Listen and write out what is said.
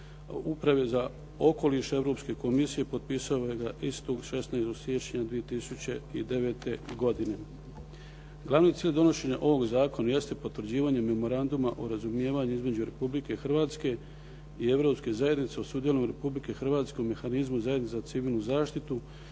uprave za okoliš Europske komisije potpisao je istu 16. siječnja 2009. godine. Glavni cilj donošenja ovog zakona jeste potvrđivanje Memoranduma o razumijevanju između Republike Hrvatske i Europske zajednice u sudjelovanju Republike Hrvatske u mehanizmu zajednice za civilnu zaštitu